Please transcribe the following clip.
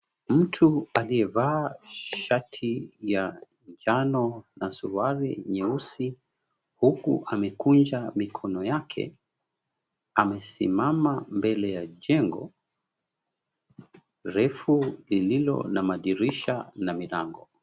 Mtu aliyevaa shati ya njano na suruali nyeusi, huku amekunja mikono yake, amesimama mbele ya jengo refu lililo na madirisha na milango.